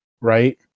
right